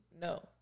No